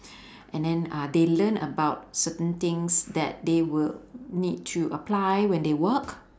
and then uh they learn about certain things that they will need to apply when they work